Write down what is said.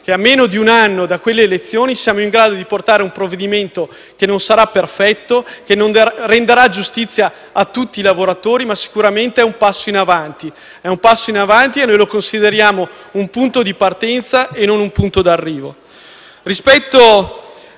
che, a meno di un anno da quelle elezioni, siamo in grado di presentare un provvedimento che non sarà perfetto, non renderà giustizia a tutti i lavoratori, ma è sicuramente un passo in avanti. Lo consideriamo un punto di partenza e non un punto d'arrivo.